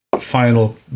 final